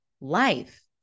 life